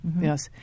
Yes